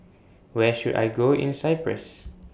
Where should I Go in Cyprus